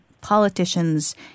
politicians